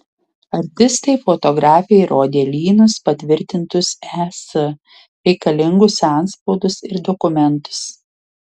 artistai fotografei rodė lynus patvirtintus es reikalingus antspaudus ir dokumentus